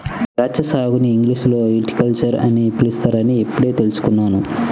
ద్రాక్షా సాగుని ఇంగ్లీషులో విటికల్చర్ అని పిలుస్తారని ఇప్పుడే తెల్సుకున్నాను